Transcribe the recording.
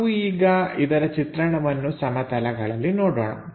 ನಾವು ಈಗ ಇದರ ಚಿತ್ರಣವನ್ನು ಸಮತಲಗಳಲ್ಲಿ ನೋಡೋಣ